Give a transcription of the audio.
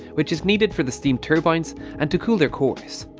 which is needed for the steam turbines and to cool their cores.